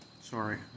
sorry